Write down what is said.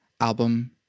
album